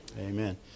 Amen